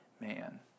man